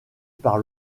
par